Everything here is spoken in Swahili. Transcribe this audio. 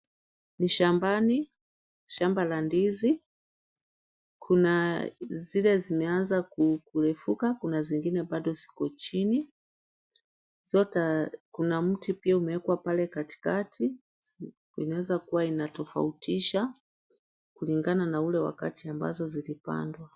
Ni shambani. Shamba la ndizi. Kuna zile zimeanza kurefuka. Kuna zingine bado ziko chini. Kuna mti pia umewekwa pale katikati. Inaweza kuwa inatofautisha kulingana na ule wakati ambazo zilipandwa.